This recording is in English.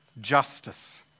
justice